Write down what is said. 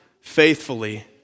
faithfully